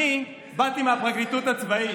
אני באתי מהפרקליטות הצבאית,